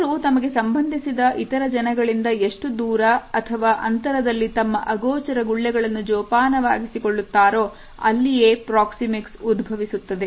ಜನರು ತಮಗೆ ಸಂಬಂಧಿಸಿದ ಇತರ ಜನಗಳಿಂದ ಎಷ್ಟು ದೂರ ಅಥವಾ ಅಂತರದಲ್ಲಿ ತಮ್ಮ ಅಗೋಚರ ಗುಳ್ಳೆಗಳನ್ನು ಜೋಪಾನವಾಗಿಸಿ ಕೊಳ್ಳುತ್ತಾರೋ ಅಲ್ಲಿಯೇ Proximics ಉದ್ಭವಿಸುತ್ತದೆ